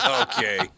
Okay